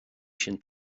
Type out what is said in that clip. sin